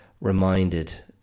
reminded